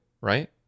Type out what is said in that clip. right